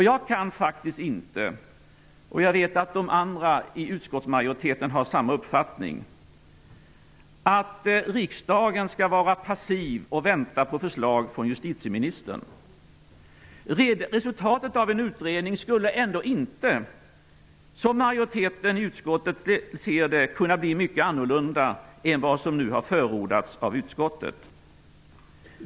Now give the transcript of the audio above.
Jag kan faktiskt inte tycka -- jag vet att de andra i utskottsmajoriteten har samma uppfattning -- att riksdagen skall vara passiv och vänta på förslag från justitieministern. Resultatet av en utredning skulle ändå inte, som majoriteten i utskottets ser det, kunna bli mycket annorlunda än vad som nu har förordats av utskottet.